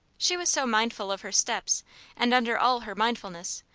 she was so mindful of her steps and, under all her mindfulness,